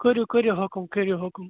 کٔرِو کٔرِو حُکُم کٔرِو حُکُم